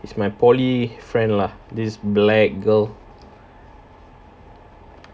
she's my polytechnic friend lah this black girl